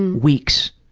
weeks,